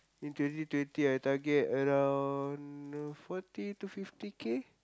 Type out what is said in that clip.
in twenty twenty I target around forty to fifty K